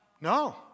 No